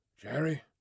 Jerry